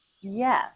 Yes